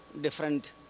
different